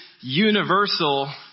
universal